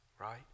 right